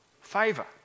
Favor